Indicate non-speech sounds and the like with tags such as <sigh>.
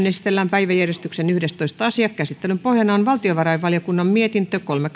<unintelligible> esitellään päiväjärjestyksen yhdestoista asia käsittelyn pohjana on valtiovarainvaliokunnan mietintö kolme <unintelligible>